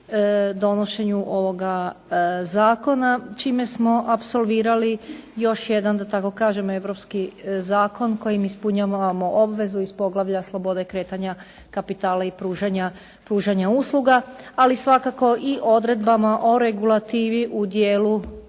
donošenju ovoga zakona, čime smo apsolvirali još jedan da tako kažem europski zakon kojim ispunjavamo obvezu iz Poglavlja slobode kretanja kapitala i pružanja usluga, ali svakako i odredbama o regulativi u dijelu